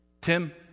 Tim